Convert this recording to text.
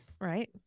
Right